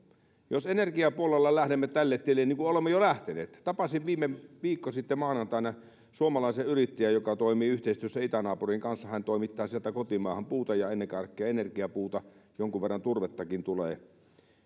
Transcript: jos energiapuolella lähdemme tälle tielle niin kuin olemme jo lähteneet tapasin viikko sitten maanantaina suomalaisen yrittäjän joka toimii yhteistyössä itänaapurin kanssa hän toimittaa sieltä kotimaahan puuta ja ennen kaikkea energiapuuta jonkun verran turvettakin tulee